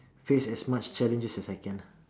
face as much challenges as I can lah